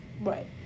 right